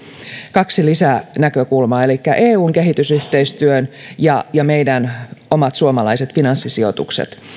kaksi lisänäkökulmaa elikkä eun kehitysyhteistyön ja ja meidän omat suomalaiset finanssisijoitukset